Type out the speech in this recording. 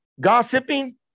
gossiping